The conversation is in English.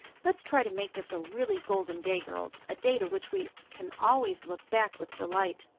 let's try to make this a really golden day, girls, a day to which we can always look back with delight.